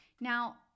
Now